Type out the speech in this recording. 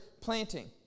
planting